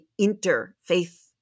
interfaith